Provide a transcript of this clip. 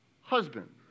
husband